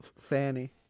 Fanny